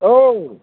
औ